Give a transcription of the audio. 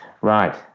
Right